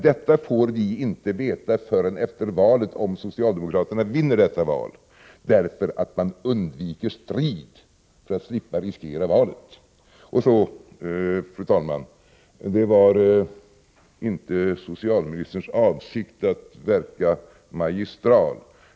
Detta får vi emellertid inte veta förrän efter valet, om socialdemokraterna vinner, därför att de undviker strid för att slippa riskera att förlora valet. Fru talman! Det var inte socialministerns avsikt att verka magistral.